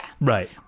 Right